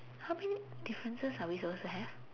how many differences are we suppose to have